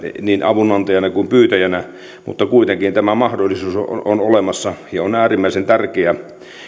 niin avunantajana kuin pyytäjänäkään mutta kuitenkin tämä mahdollisuus on olemassa ja on äärimmäisen tärkeää